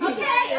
Okay